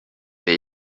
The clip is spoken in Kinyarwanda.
the